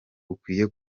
ukwiye